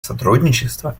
сотрудничество